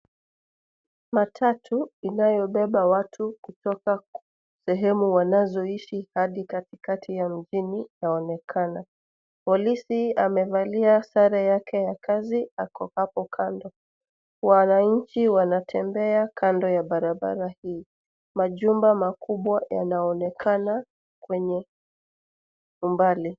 Matatu inayobeba watu kutoka kwa sehemu wanazoishi hadi katikati ya mjini yanaonekana. Polisi amevalia sare yake ya kazi ako hapo kando. Wananchi wanatembea kando ya barabara hii. Majumba makubwa yanaonekana kwenye umbali.